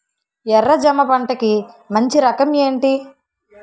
ఎర్ర జమ పంట కి మంచి రకం ఏంటి?